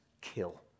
kill